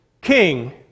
king